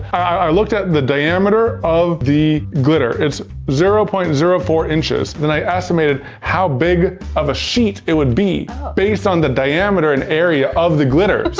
i looked at the diameter of the glitter. it's zero point zero four inches. then i estimated how big of a sheet it would be based on the diameter and area of the glitter.